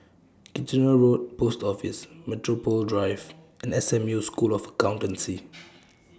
Kitchener Road Post Office Metropole Drive and S M U School of Accountancy